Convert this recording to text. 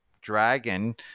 dragon